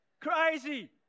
Crazy